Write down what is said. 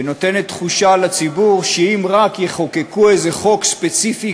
ונותנת תחושה לציבור שאם רק יחוקקו איזה חוק ספציפי